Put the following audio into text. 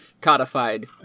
codified